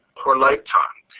or lifetime.